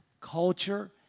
culture